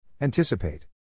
Anticipate